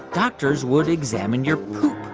doctors would examine your poop.